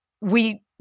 we-